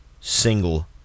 single